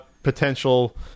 Potential